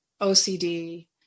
OCD